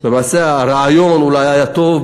למעשה הרעיון אולי היה טוב,